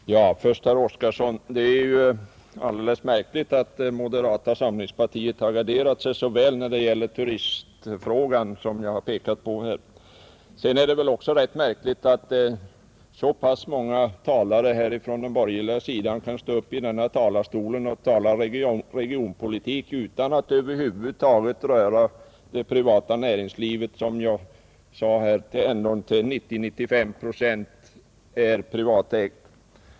Herr talman! Först vill jag än en gång säga till herr Oskarson att det är märkligt hur väl moderata samlingspartiet har garderat sig när det gäller turismen. Det är också märkligt att så pass många talare från den borgerliga sidan kan stå upp här och tala om regionpolitik utan att över huvud taget beröra det privata näringslivet, när ju vårt näringsliv ändå till 90 å 95 procent är privatägt.